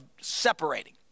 separating